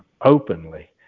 openly